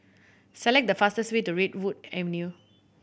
select the fastest way to Redwood Avenue